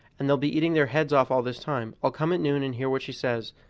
and they'll be eating their heads off all this time i'll come at noon and hear what she says,